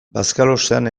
bazkalostean